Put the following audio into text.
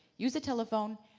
use the telephone,